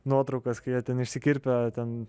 nuotraukas kai jie ten išsikirpę ten